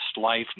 Life